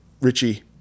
Richie